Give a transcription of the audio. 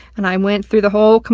and i went through the whole,